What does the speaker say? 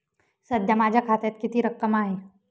सध्या माझ्या खात्यात किती रक्कम आहे?